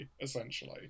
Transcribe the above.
essentially